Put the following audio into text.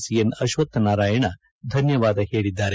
CN Ashwathnarayan ಧನ್ನವಾದ ಹೇಳಿದ್ದಾರೆ